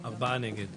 4 נמנעים,